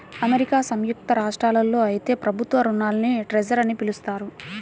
America సంయుక్త రాష్ట్రాల్లో అయితే ప్రభుత్వ రుణాల్ని ట్రెజర్ అని పిలుస్తారు